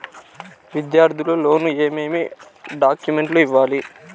విద్యార్థులు లోను ఏమేమి డాక్యుమెంట్లు ఇవ్వాలి?